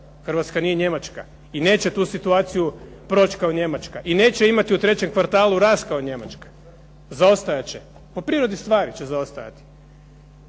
Hrvatska nije Njemačka, i neće tu situaciju proći kao Njemačka i neće imati u trećem kvartalu rast kao Njemačka, po prirodi stvari će zaostajati.